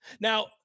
Now